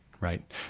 Right